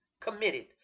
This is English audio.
committed